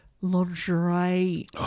lingerie